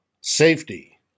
safety